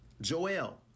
Joel